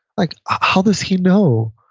like how does he know?